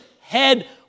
head